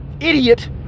idiot